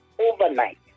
overnight